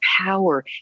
power